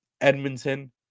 Edmonton